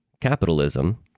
capitalism